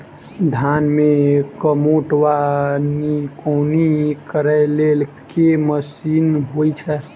धान मे कमोट वा निकौनी करै लेल केँ मशीन होइ छै?